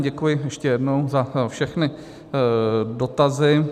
Děkuji ještě jednou za všechny dotazy.